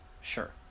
Sure